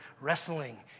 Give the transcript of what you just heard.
wrestling